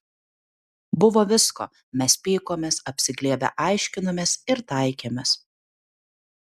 buvo visko mes pykomės apsiglėbę aiškinomės ir taikėmės